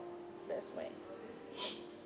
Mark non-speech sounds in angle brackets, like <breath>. that's my <breath>